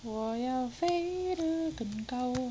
我要飞的更高